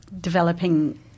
developing